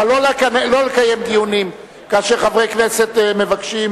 אבל לא לקיים דיונים כאשר חברי כנסת מבקשים